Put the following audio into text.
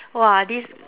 !wah! this